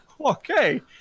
okay